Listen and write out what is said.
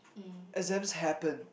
exams happen